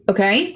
Okay